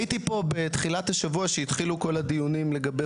הייתי פה בתחילת השבוע כשהתחילו כל הדיונים לגבי